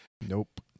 Nope